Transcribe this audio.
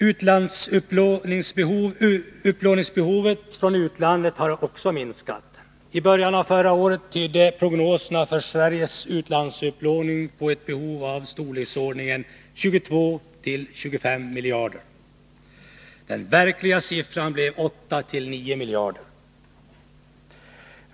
Behovet av upplåning från utlandet har också minskat. I början av förra året tydde prognoserna för Sveriges utlandsupplåning på ett behov i storleksordningen 22-25 miljarder. Den verkliga siffran blev 8-9 miljarder.